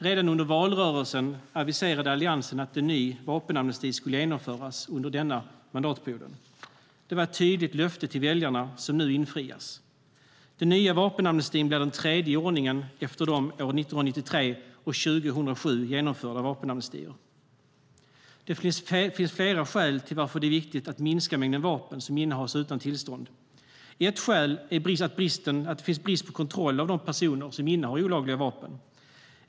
Redan under valrörelsen aviserade Alliansen att en ny vapenamnesti skulle genomföras under innevarande mandatperiod. Det var ett tydligt löfte till väljarna som nu infrias. Den nya vapenamnestin blir den tredje i ordningen efter de år 1993 och 2007 genomförda vapenamnestierna. Det finns flera skäl till att det är viktigt att minska mängden vapen som innehas utan tillstånd. Ett skäl är bristen på kontroll av de personer som innehar olagliga vapen.